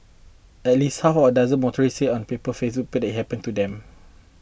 at least half a dozen motorists said on paper's Facebook page that it happened to them